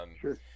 Sure